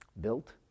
built